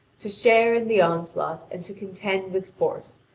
to share in the onslaught, and to contend with force,